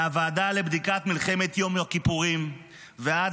מהוועדה לבדיקת מלחמת יום הכיפורים ועד